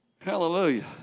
Hallelujah